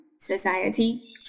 Society